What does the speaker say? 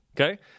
okay